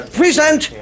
present